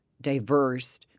diverse